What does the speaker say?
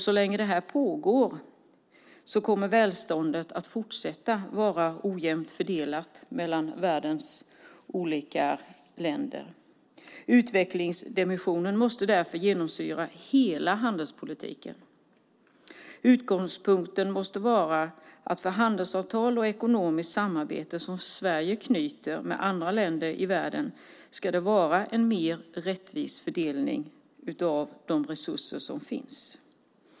Så länge det pågår kommer välståndet att fortsätta vara ojämnt fördelat mellan världens olika länder. Utvecklingsdimensionen måste därför genomsyra hela handelspolitiken. Utgångspunkten måste vara att det i handelsavtal och ekonomiskt samarbete som Sverige knyter med andra länder i världen ska vara en mer rättvis fördelning av de resurser som finns.